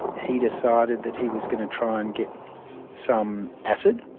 he decided that he was going to try and get some acid.